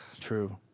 True